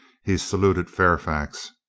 he saluted fairfax.